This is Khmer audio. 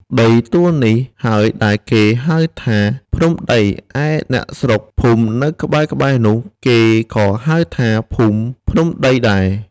ដីទួលនេះហើយដែលគេហៅថាភ្នំដី ឯអ្នកស្រុកភូមិនៅក្បែរៗនោះ គេក៏ហៅថាភូមិភ្នំដីដែរ ។